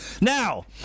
Now